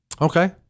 Okay